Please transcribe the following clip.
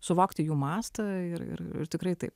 suvokti jų mastą ir ir tikrai taip